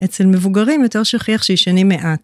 אצל מבוגרים יותר שכיח שישנים מעט.